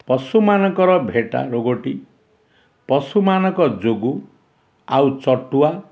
ପଶୁମାନଙ୍କର ଭେଟା ରୋଗଟି ପଶୁମାନଙ୍କ ଯୋଗୁଁ ଆଉ ଚଟୁଆ